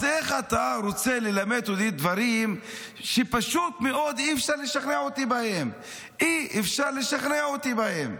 אז איך אתה רוצה ללמד אותי דברים שפשוט מאוד אי-אפשר לשכנע אותי בהם?